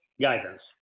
guidance